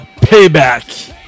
payback